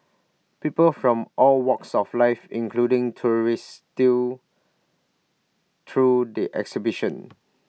people from all walks of life including tourists still through the exhibition